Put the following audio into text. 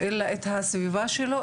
אלא את הסביבה שלו,